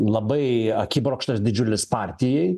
labai akibrokštas didžiulis partijai